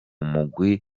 mugwi